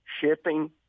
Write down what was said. shipping